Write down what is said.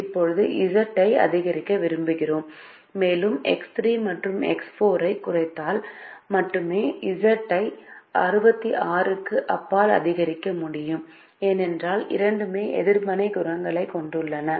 இப்போது Z ஐ மேலும் அதிகரிக்க விரும்புகிறோம் மேலும் X3 மற்றும் X4 ஐக் குறைத்தால் மட்டுமே Z ஐ 66 க்கு அப்பால் அதிகரிக்க முடியும் ஏனெனில் இரண்டுமே எதிர்மறை குணகங்களைக் கொண்டிருக்கின்றன